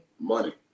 money